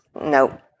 no